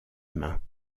mains